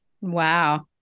Wow